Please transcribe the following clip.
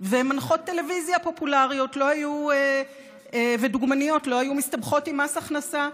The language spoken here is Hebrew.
ומנחות טלוויזיה פופולריות ודוגמניות לא היו מסתבכות עם מס הכנסה.